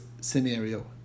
scenario